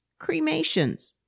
Cremations